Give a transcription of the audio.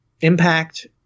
Impact